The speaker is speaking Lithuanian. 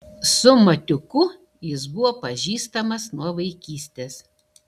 su matiuku jis buvo pažįstamas nuo vaikystės